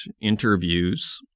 interviews